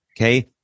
Okay